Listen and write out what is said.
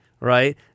right